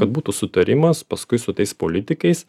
kad būtų sutarimas paskui su tais politikais